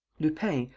lupin,